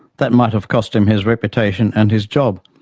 that might have cost him his reputation, and his job.